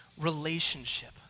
relationship